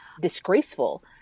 Disgraceful